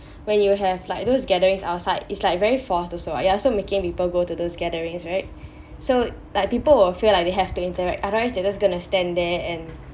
when you have like those gatherings outside it's like very forced also what you're also making people go to those gatherings right so like people will feel like they have to interact otherwise they just gonna stand there and